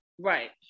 Right